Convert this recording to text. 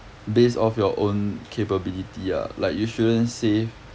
base of your own capability ah like you shouldn't save